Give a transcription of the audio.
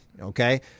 okay